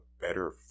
better